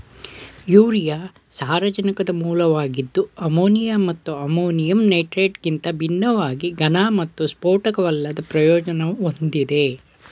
urea ಸಾರಜನಕದ ಮೂಲವಾಗಿದ್ದು ammonia ಮತ್ತು ಅಮೋನಿಯಂ ನೈಟ್ರೇಟ್ಗಿಂತ ಭಿನ್ನವಾಗಿ ಘನ ಮತ್ತು ಸ್ಫೋಟಕವಲ್ಲದ ಪ್ರಯೋಜನ ಹೊಂದಿದೆ